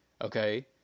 Okay